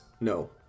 no